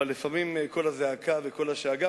אבל לפעמים קול הזעקה וקול השאגה.